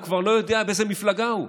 הוא כבר לא יודע באיזו מפלגה הוא,